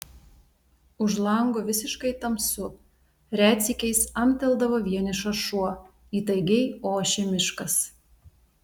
už lango visiškai tamsu retsykiais amteldavo vienišas šuo įtaigiai ošė miškas